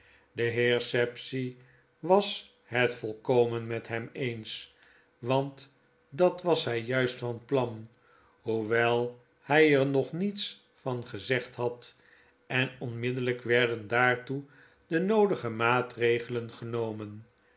de heer sapsea was het volkomen met hem eens want dat was hjj juist van plan hoewel hij er nog niets van gezegd had en onmiddellijk werden daartoe de noodige maatregelen genomen